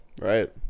Right